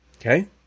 Okay